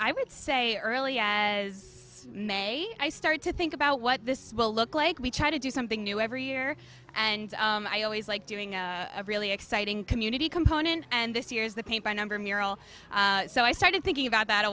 i would say early as may i start to think about what this will look like we try to do something new every year and i always like doing a really exciting community component and this year's the paint by number mural so i started thinking about that a